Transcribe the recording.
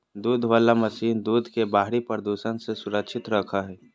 दूध वला मशीन दूध के बाहरी प्रदूषण से सुरक्षित रखो हइ